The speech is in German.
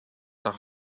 nach